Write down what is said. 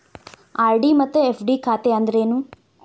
RD ಮತ್ತ FD ಖಾತೆ ಅಂದ್ರೇನು